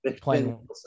playing